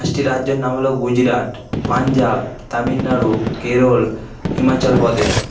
পাঁচটি রাজ্যর নাম হল গুজরাট পঞ্জাব তামিলনাড়ু কেরল হিমাচল প্রদেশ